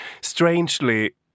strangely